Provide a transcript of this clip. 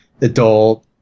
adult